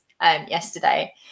yesterday